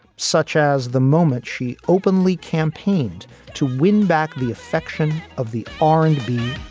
such as the moment she openly campaigned to win back the affection of the r and b